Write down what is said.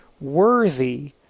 worthy